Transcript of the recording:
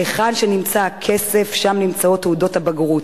היכן שנמצא הכסף, שם נמצאות תעודות הבגרות.